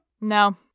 no